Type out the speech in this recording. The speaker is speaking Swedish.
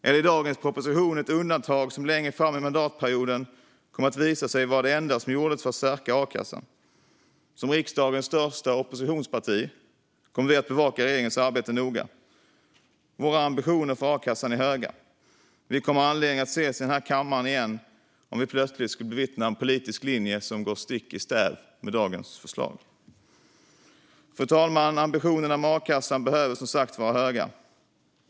Eller är dagens proposition ett undantag som längre fram i mandatperioden kommer att visa sig vara det enda som gjordes för att stärka a-kassan? Som riksdagens största oppositionsparti kommer vi att bevaka regeringens arbete noga. Våra ambitioner för a-kassan är höga. Vi kommer att ha anledning att ses i denna kammare igen om vi plötsligt skulle bevittna en politisk linje som går stick i stäv med dagens förslag. Fru talman! Ambitionerna för a-kassan behöver som sagt vara höga.